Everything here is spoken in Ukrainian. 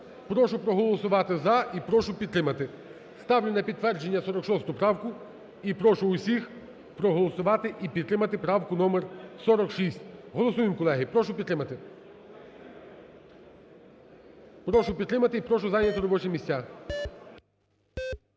прошу проголосувати "за" і прошу підтримати. Ставлю на підтвердження 46 правку, і прошу усіх проголосувати і підтримати правку номер 46. Голосуємо, колеги. Прошу підтримати. Прошу підтримати. І прошу зайняти робочі місця.